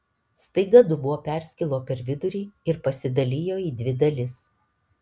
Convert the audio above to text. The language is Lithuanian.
staiga dubuo perskilo per vidurį ir pasidalijo į dvi dalis